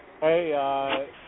Hey